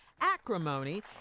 acrimony